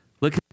Look